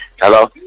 Hello